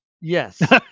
yes